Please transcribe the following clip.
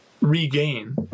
regain